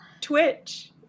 twitch